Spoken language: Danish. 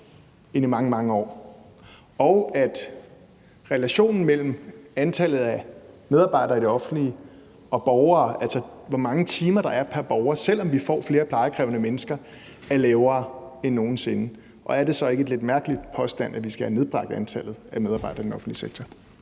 end i mange, mange år, og at relationen mellem antallet af medarbejdere i det offentlige og borgere, altså hvor mange timer der er pr. borger, selv om vi får flere plejekrævende mennesker, er lavere end nogen sinde? Og er det så ikke en lidt mærkelig påstand, at vi skal have nedbragt antallet af medarbejdere i den offentlige sektor?